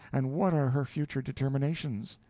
and what are her future determinations.